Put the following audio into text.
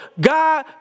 God